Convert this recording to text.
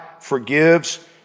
forgives